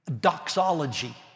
doxology